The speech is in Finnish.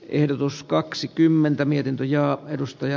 ehdotus kaksikymmentä mietintöjä edustaja